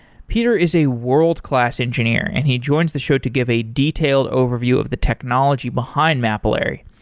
peter is a world-class engineer and he joins the show to give a detailed overview of the technology behind mapillary.